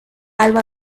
alba